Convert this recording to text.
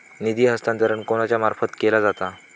निधी हस्तांतरण कोणाच्या मार्फत केला जाता?